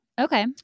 Okay